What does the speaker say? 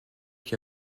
qui